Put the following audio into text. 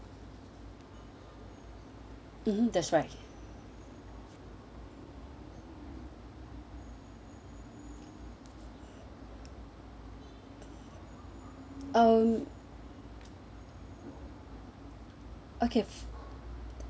mmhmm that's right um okay ah